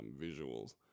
visuals